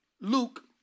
Luke